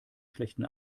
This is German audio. schlechten